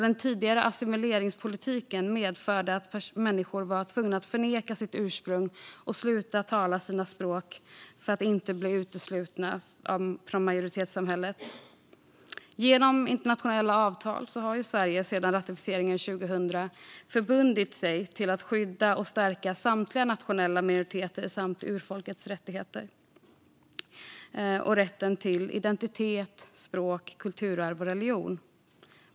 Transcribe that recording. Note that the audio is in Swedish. Den tidigare assimileringspolitiken medförde att människor var tvungna att förneka sitt ursprung och sluta tala sitt språk för att inte bli uteslutna från majoritetssamhället. Genom internationella avtal har Sverige sedan ratificeringen 2000 förbundit sig att skydda och stärka samtliga nationella minoriteters samt urfolkets rättigheter till identitet, språk, kulturarv och religion.